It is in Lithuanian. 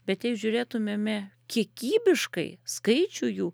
bet jei žiūrėtumėme kiekybiškai skaičių jų